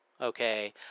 okay